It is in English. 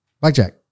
Blackjack